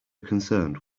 concerned